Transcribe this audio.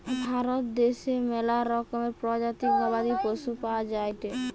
ভারত দ্যাশে ম্যালা রকমের প্রজাতির গবাদি পশু পাওয়া যায়টে